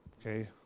Okay